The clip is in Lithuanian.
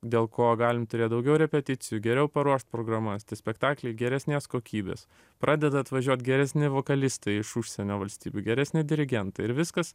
dėl ko galim turėt daugiau repeticijų geriau paruošt programas tie spektakliai geresnės kokybės pradeda atvažiuot geresni vokalistai iš užsienio valstybių geresni dirigentai ir viskas